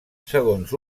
segons